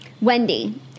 Wendy